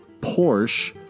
Porsche